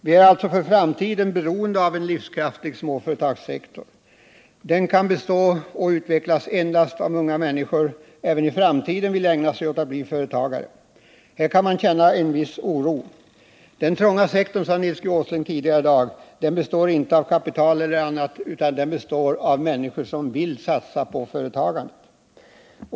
Vi är alltså för framtiden beroende av en livskraftig småföretagssektor. Den kan bestå och utvecklas endast om unga människor även i framtiden vill ägna sig åt att bli företagare. Här kan man känna en viss oro. Den trånga sektorn, sade Nils G. Åsling tidigare i dag, består inte av kapital eller annat utan av människor som vill satsa på företagandet.